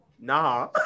nah